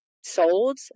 sold